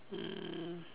mm